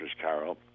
Carol